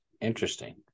interesting